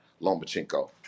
Lomachenko